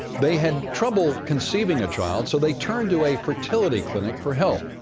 they had trouble conceiving a child, so they turned to a fertility clinic for help,